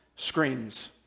screens